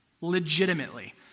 legitimately